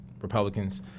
Republicans